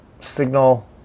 signal